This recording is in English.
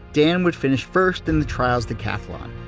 dan would finish first in the trials decathlon,